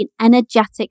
energetic